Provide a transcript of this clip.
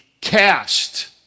cast